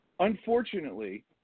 Unfortunately